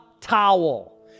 towel